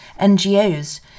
NGOs